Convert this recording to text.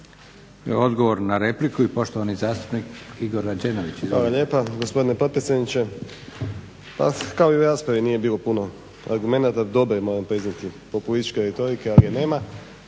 odgovor na repliku i poštovani zastupnik Igor Rađenović.